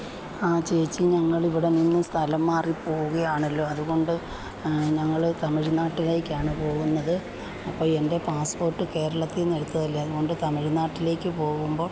ആ ചേച്ചി ഞങ്ങൾ ഇവിടെനിന്ന് സ്ഥലം മാറി പോവുകയാണല്ലോ അത് കൊണ്ട് ഞങ്ങൾ തമിഴ്നാട്ടിലേക്കാണ് പോകുന്നത് അപ്പോൾ എന്റെ പാസ്പ്പോട്ട് കേരളത്തിൽനിന്ന് എടുത്തതല്ലേ അതുകൊണ്ട് തമിഴ്നാട്ടിലേക്ക് പോകുമ്പോൾ